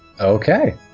Okay